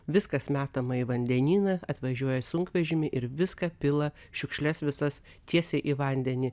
viskas metama į vandenyną atvažiuoja sunkvežimiai ir viską pila šiukšles visas tiesiai į vandenį